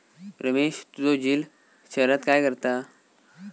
रमेश तुझो झिल शहरात काय करता?